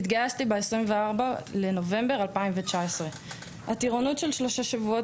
התגייסתי ב-24 בנובמבר 2012. הטירונות בת שלושת השבועות